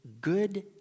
good